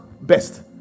best